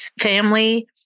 family